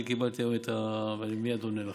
אני קיבלתי היום, ואני מייד עונה לך.